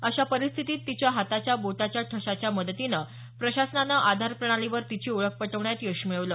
अशा परिस्थितीत तिच्या हाताच्या बोटाच्या ठशाच्या मदतीने प्रशासनानं आधार प्रणालीवर तिची ओळख पटवण्यात यश मिळवलं